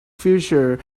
future